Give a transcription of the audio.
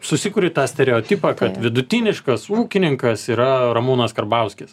susikuri tą stereotipą kad vidutiniškas ūkininkas yra ramūnas karbauskis